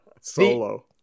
solo